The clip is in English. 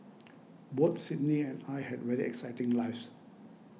both Sydney and I had very exciting lives